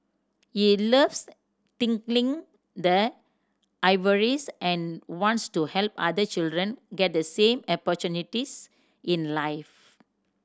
he loves tinkling the ivories and wants to help other children get the same opportunities in life